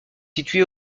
situé